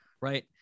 right